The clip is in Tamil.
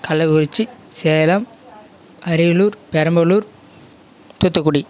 கள்ளக்குறிச்சி சேலம் அரியலூர் பெரம்பலூர் தூத்துக்குடி